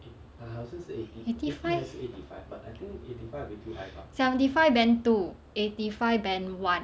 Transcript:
eighty five seventy five band two eighty five band one